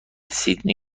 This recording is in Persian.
سیدنی